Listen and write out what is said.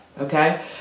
okay